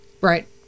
Right